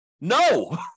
No